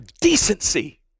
decency